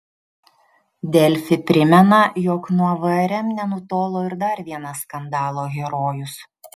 delfi primena jog nuo vrm nenutolo ir dar vienas skandalo herojus